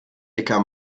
dicker